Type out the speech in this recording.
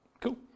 Cool